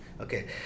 Okay